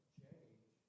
change